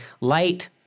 light